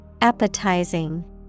Appetizing